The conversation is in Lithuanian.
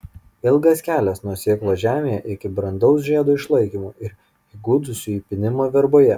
ilgas kelias nuo sėklos žemėje iki brandaus žiedo išlaikymo ir įgudusio įpynimo verboje